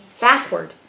backward